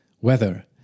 Weather